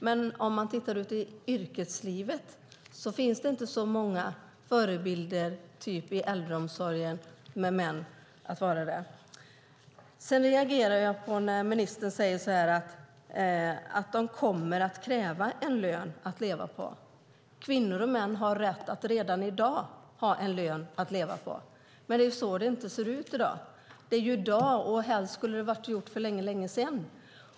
Men tittar man ute i yrkeslivet finns det inte särskilt många manliga förebilder inom äldreomsorgen. Jag reagerade på att ministern sade att de kommer att kräva en lön att kunna leva på. Kvinnor och män har redan i dag rätt till en lön att kunna leva på. Det ser dock inte ut så i dag, trots att det borde ha varit så för länge sedan.